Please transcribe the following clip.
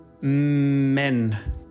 Men